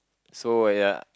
so uh ya